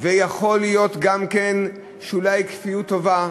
ויכול להיות גם כן, אולי, שהיא כפוית טובה,